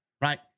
Right